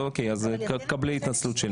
קבלי התנצלות שלי.